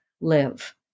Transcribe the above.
live